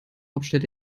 hauptstadt